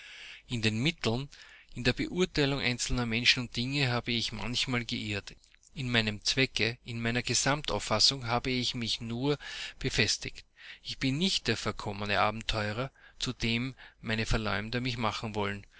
in den mitteln in der beurteilung einzelner menschen und dinge habe ich manchmal geirrt in meinem zwecke in meiner gesamtauffassung habe ich mich nur befestigt ich bin nicht der verkommene abenteurer zu dem meine verleumder mich machen wollen